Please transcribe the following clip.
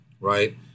right